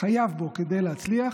חייב כדי להצליח,